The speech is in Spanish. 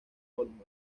goldman